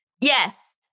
Yes